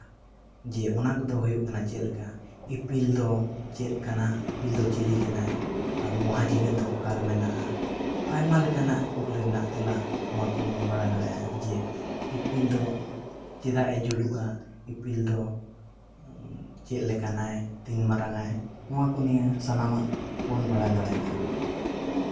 ᱡᱮ ᱚᱱᱟ ᱠᱚᱫᱚ ᱦᱩᱭᱩᱜ ᱠᱟᱱᱟ ᱪᱮᱫ ᱞᱮᱠᱟ ᱤᱯᱤᱞ ᱫᱚ ᱪᱮᱫ ᱠᱟᱱᱟᱥ ᱤᱯᱤᱞ ᱫᱚ ᱪᱤᱞᱤ ᱠᱟᱱᱟ ᱟᱨ ᱢᱚᱦᱟ ᱡᱮᱜᱮᱛ ᱫᱚ ᱚᱠᱟ ᱨᱮ ᱢᱮᱱᱟᱜᱼᱟ ᱟᱭᱢᱟ ᱞᱮᱠᱟᱱᱟᱜ ᱠᱩᱠᱞᱤ ᱨᱮᱱᱟᱜ ᱛᱮᱞᱟ ᱱᱚᱣᱟ ᱠᱷᱚᱱ ᱵᱚᱱ ᱵᱟᱲᱟᱭ ᱫᱟᱲᱮᱭᱟᱜᱼᱟ ᱡᱮ ᱤᱯᱤᱞ ᱫᱚ ᱪᱮᱫ ᱞᱮᱠᱟᱱᱟᱭ ᱛᱤᱱ ᱢᱟᱨᱟᱝᱼᱟᱭ ᱱᱚᱣᱟ ᱠᱚ ᱱᱤᱭᱮᱹ ᱥᱟᱱᱟᱢᱟᱜ ᱵᱚᱱ ᱵᱟᱲᱟᱭ ᱫᱟᱲᱮᱮᱭᱟᱜᱼᱟ